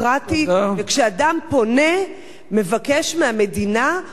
וכשאדם פונה ומבקש מהמדינה הוא יצטרך